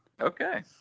Okay